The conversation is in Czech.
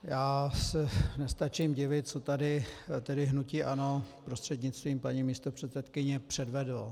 Já se nestačím divit, co tady hnutí ANO prostřednictvím paní místopředsedkyně předvedlo.